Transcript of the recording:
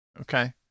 Okay